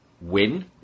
win